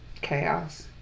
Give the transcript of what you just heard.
chaos